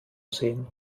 sehen